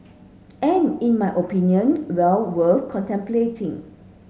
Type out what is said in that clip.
and in my opinion well worth contemplating